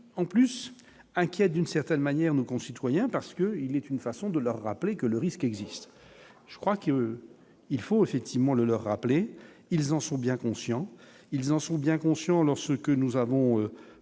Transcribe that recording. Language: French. en plus inquiète d'une certaine manière, nos concitoyens parce que il est une façon de leur rappeler que le risque existe, je crois qu'il faut effectivement le leur rappeler, ils en sont bien conscients, ils en sont bien conscients, dans ce que nous avons